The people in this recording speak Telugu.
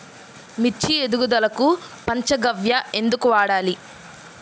మిర్చి ఎదుగుదలకు పంచ గవ్య ఎందుకు వాడాలి?